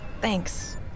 Thanks